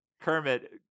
Kermit